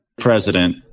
president